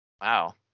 Wow